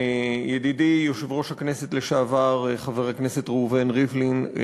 ידידי יושב-ראש הכנסת לשעבר חבר הכנסת ראובן ריבלין,